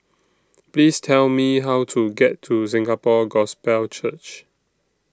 Please Tell Me How to get to Singapore Gospel Church